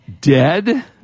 Dead